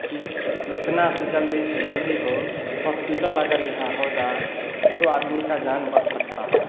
कि जितनी से जल्दी से जल्दी हो हॉस्पिटल अगर यहाँ हो जाए तो आदमी की जान बच सकती है